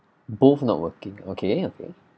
both not working okay okay